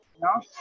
No